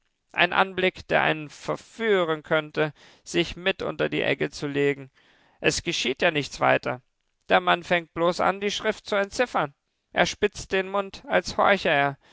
ein anblick der einen verführen könnte sich mit unter die egge zu legen es geschieht ja weiter nichts der mann fängt bloß an die schrift zu entziffern er spitzt den mund als horche er